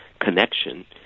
connection